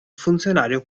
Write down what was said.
funzionario